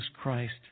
Christ